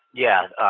yeah.